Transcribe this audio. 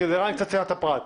כדי להגן על צנעת הפרט.